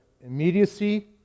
immediacy